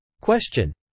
Question